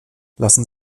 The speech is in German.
lassen